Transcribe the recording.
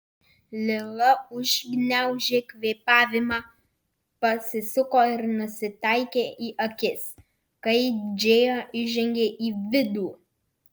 lila užgniaužė kvėpavimą pasisuko ir nusitaikė į akis kai džėja įžengė į vidų